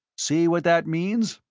see what that means?